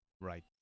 Right